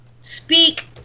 speak